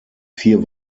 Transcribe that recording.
vier